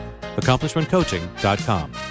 accomplishmentcoaching.com